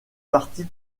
partis